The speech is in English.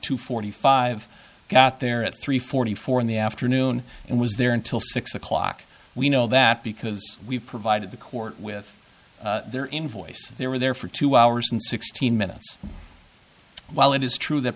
two forty five got there at three forty four in the afternoon and was there until six o'clock we know that because we provided the court with their invoice they were there for two hours and sixteen minutes while it is true that